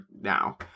now